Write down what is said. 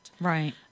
Right